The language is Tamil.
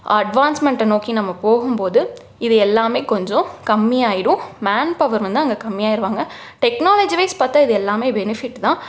அட்வான்ஸ்மெண்ட்டை நோக்கி நம்ம போகும்போது இது எல்லாமே கொஞ்சம் கம்மியாயிடும் மேன்பவர் வந்து அங்கே கம்மியாயிருவாங்க டெக்னாலஜி வைஸ் பார்த்தா இது எல்லாமே பெனிஃபிட்டு தான்